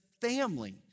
family